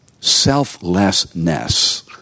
selflessness